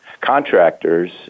contractors